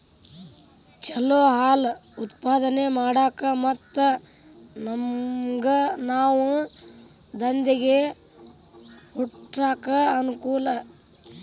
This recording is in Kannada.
ಚಲೋ ಹಾಲ್ ಉತ್ಪಾದನೆ ಮಾಡಾಕ ಮತ್ತ ನಮ್ಗನಾವ ದಂದೇಗ ಹುಟ್ಸಾಕ ಅನಕೂಲ